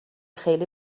خیلی